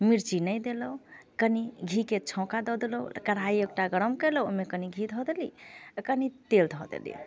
मिर्ची नहि देलहुँ कनि घीके छौका दऽ देलहुँ कड़ाहि एकटा गरम करलहुँ ओहिमे कनि घी दऽ देली कनि तेल धऽ देली